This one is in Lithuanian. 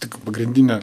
tik pagrindinę